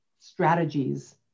strategies